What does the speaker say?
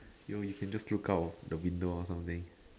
yo you can just look out of the window or something